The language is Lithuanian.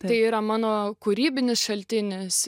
tai yra mano kūrybinis šaltinis